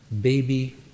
baby